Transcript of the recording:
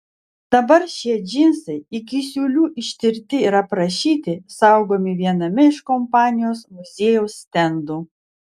dabar šie džinsai iki siūlių ištirti ir aprašyti saugomi viename iš kompanijos muziejaus stendų